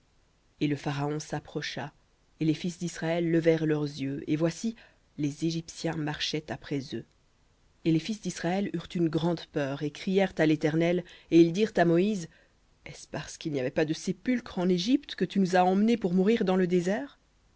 et le pharaon s'approcha et les fils d'israël levèrent leurs yeux et voici les égyptiens marchaient après eux et les fils d'israël eurent une grande peur et crièrent à léternel et ils dirent à moïse est-ce parce qu'il n'y avait pas de sépulcres en égypte que tu nous as emmenés pour mourir dans le désert